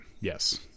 Yes